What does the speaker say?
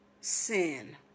Sin